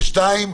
דבר שני,